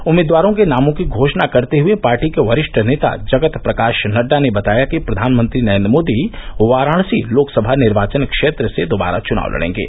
उम्मीदवारों के नामों की घोषणा करते हुए पार्टी के वरिष्ठ नेता जगत प्रकाश नड्डा ने बताया कि प्रधानमंत्री नरेन्द्र मोदी वाराणसी लोकसभा निर्वाचन क्षेत्र से दोबारा चुनाव लड़ेंगे